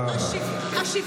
תודה רבה.